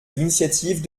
l’initiative